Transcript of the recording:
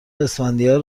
اسفندیار